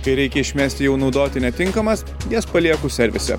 kai reikia išmesti jau naudoti netinkamas nes palieku servise